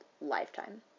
lifetime